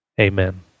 Amen